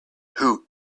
who